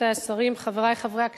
רבותי השרים, חברי חברי הכנסת,